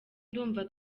ndumva